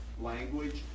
language